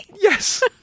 Yes